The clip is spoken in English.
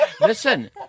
Listen